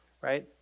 Right